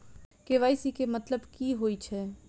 KYC केँ मतलब की होइ छै?